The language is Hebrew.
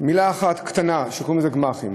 מילה אחת קטנה, שקוראים לה גמ"חים.